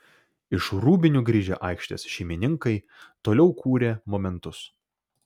iš rūbinių grįžę aikštės šeimininkai toliau kūrė momentus